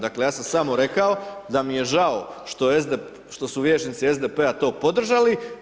Dakle ja sam samo rekao da mi je žao što su vijećnici SDP-a to podržali.